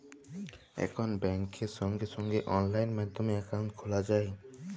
এখল ব্যাংকে সঙ্গে সঙ্গে অললাইন মাধ্যমে একাউন্ট খ্যলা যায়